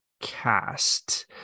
cast